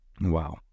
Wow